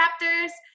chapters